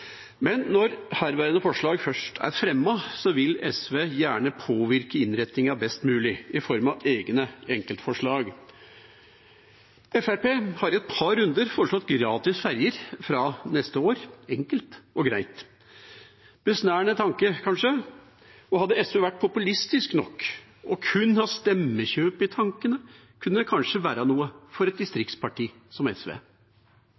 Men når herværende forslag først er fremmet, vil SV gjerne påvirke innretningen best mulig, i form av egne enkeltforslag. Fremskrittspartiet har i et par runder foreslått gratis ferger fra neste år – enkelt og greit. Det er kanskje en besnærende tanke, og hadde SV vært populistisk nok og kun hatt stemmekjøp i tankene, kunne det kanskje være noe for et distriktsparti som SV.